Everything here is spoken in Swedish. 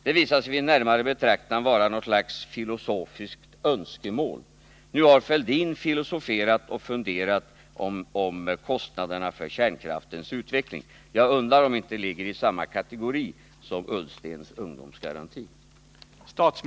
Det visade sig vid närmare betraktande vara något slags filosofiskt önskemål. Nu har Thorbjörn Fälldin filosoferat och funderat kring kostnaderna för kärnkraftens avveckling. Jag undrar om inte det tillhör samma kategori som Ola Ullstens ungdomsgaranti.